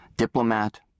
Diplomat